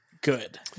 good